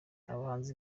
abahanzi